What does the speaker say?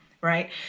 right